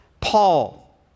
Paul